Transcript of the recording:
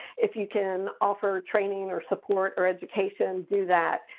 if you can offer training or support or education, do that.